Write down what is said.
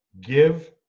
Give